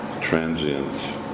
transient